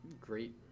great